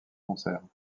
concerts